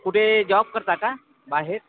कुठे जॉब करता का बाहेर